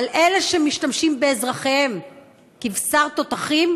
אבל אלה שמשתמשים באזרחיהם כבשר תותחים,